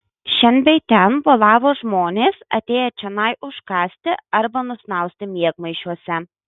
šen bei ten bolavo žmonės atėję čionai užkąsti arba nusnausti miegmaišiuose